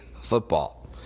football